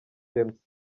james